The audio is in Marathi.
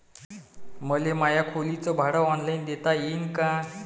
मले माया खोलीच भाड ऑनलाईन देता येईन का?